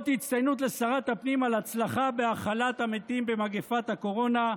אות הצטיינות לשרת הפנים על הצלחה בהכלת המתים במגפת הקורונה,